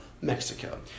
Mexico